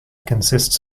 consists